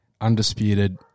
undisputed